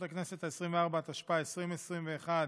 הכנסת העשרים-וארבע, התשפ"א 2021,